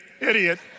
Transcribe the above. idiot